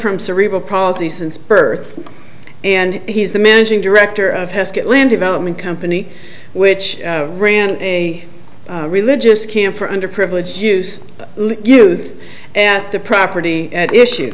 from cerebral palsy since birth and he's the managing director of haskett lynn development company which ran a religious camp for underprivileged use youth and the property at issue